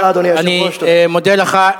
אני מודה לך.